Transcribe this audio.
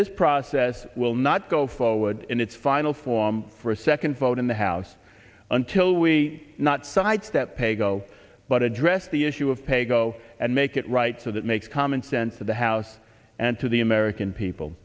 this process will not go forward in its final form for a second vote in the house until we not sidestep paygo but address the issue of pay go and make it right so that makes common sense of the house and to the american people